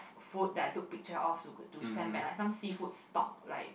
food that I took picture of to to send back like some seafood stock like